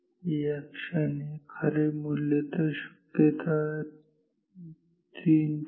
या क्षणी खरे मूल्य शक्यतो 3